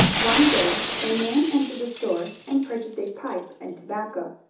one day a man entered the store and purchased a pipe and tobacco.